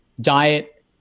diet